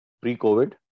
pre-COVID